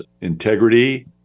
integrity